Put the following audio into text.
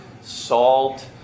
Salt